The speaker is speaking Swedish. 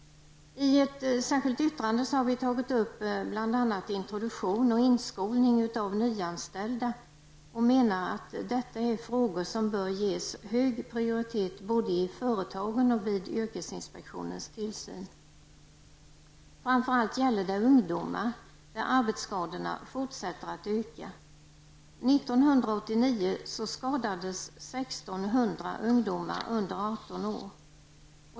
I ett särskilt yttrande har vi tagit upp bl.a. introduktion och inskolning av nyanställda. Vi menar att detta är frågor som bör ges hög prioritet både i företagen och vid yrkesinspektionens tillsyn. Framför allt gäller det ungdomar. Arbetsskadorna hos ungdomar fortsätter att öka. 1989 skadades 1 600 ungdomar under 18 år.